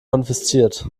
konfisziert